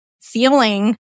feeling